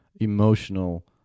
emotional